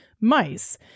mice